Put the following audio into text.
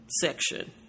section